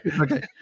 Okay